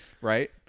right